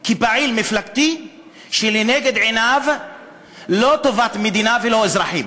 כפעיל מפלגתי שלנגד עיניו לא טובת מדינה ולא אזרחים,